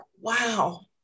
wow